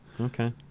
Okay